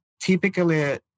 typically